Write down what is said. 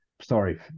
Sorry